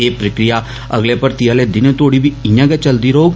ए प्रक्रियां अगले भर्थी आहले दिने तोड़ी बी इयां गै चलदी रौहग